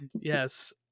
Yes